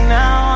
now